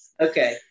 Okay